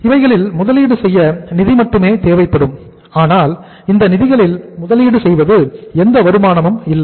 இவைகளில் முதலீடு செய்ய நிதி மட்டுமே தேவைப்படும் ஆனால் இந்த நிதிகளில் முதலீடு செய்வது எந்த வருமானமும் இல்லை